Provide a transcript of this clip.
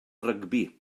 rygbi